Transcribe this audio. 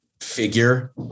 figure